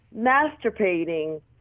masturbating